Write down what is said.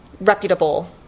reputable